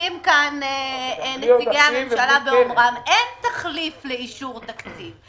צודקים נציגי הממשלה באומרם שאין תחליף לאישור תקציב.